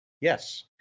Yes